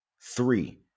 Three